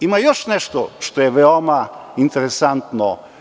Ima još nešto što je veoma interesantno.